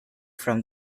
from